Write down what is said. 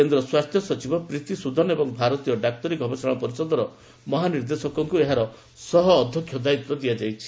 କେନ୍ଦ୍ର ସ୍ୱାସ୍ଥ୍ୟ ସଚିବ ପ୍ରୀତି ସୁଦ୍ଦନ ଏବଂ ଭାରତୀୟ ଡାକ୍ତରୀ ଗବେଷଣା ପରିଷଦର ମହାନିର୍ଦ୍ଦେଶକଙ୍କୁ ଏହାର ସହ ଅଧ୍ୟକ୍ଷ ଦାୟିତ୍ୱ ଦିଆଯାଇଛି